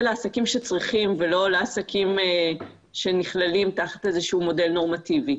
לעסקים שצריכים ולא לעסקים שנכללים תחת איזשהו מודל נורמטיבי.